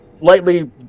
lightly